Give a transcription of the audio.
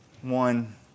One